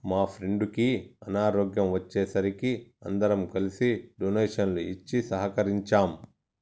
మా ఫ్రెండుకి అనారోగ్యం వచ్చే సరికి అందరం కలిసి డొనేషన్లు ఇచ్చి సహకరించాం